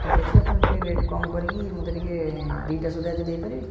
ଠିକ୍ ଅଛି ଆପଣ ଟିକିଏ ରେଟ୍ କମ କରିକି ମୋତେ ଟିକିଏ ଦୁଇଟା ସୁଧା ଆଜି ଦେଇପାରିବେ କି